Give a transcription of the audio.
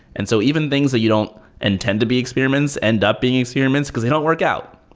and so even things that you don't intend to be experiments end up being experiments, because they don't work out.